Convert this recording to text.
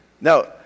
No